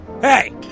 Hey